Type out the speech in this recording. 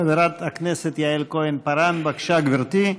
חברת הכנסת יעל כהן-פארן, בבקשה, גברתי,